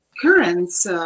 currents